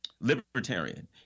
libertarian